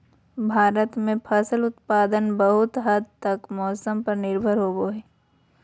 भारत में फसल उत्पादन बहुत हद तक मौसम पर निर्भर होबो हइ